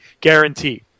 guarantee